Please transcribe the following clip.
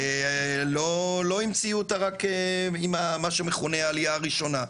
לא המציאו אותה רק עם מה שמכונה העלייה הראשונה.